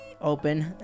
Open